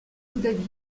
dhabi